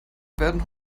werden